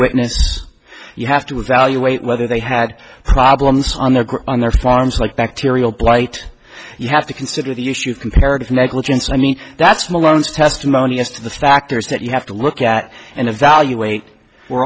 witness you have to evaluate whether they had problems on their on their farms like bacterial blight you have to consider the issue of comparative negligence i mean that's malone's testimony as to the factors that you have to look at and evaluate